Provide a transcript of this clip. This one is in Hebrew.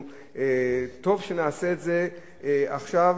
וטוב שנעשה את זה עכשיו,